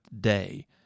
day